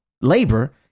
labor